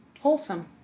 wholesome